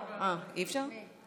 גברתי היושבת-ראש, הייתי פה.